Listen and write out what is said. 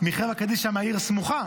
מחברה קדישא מהעיר הסמוכה.